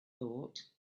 thought